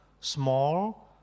small